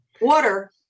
Water